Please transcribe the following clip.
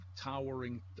towering